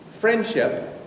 friendship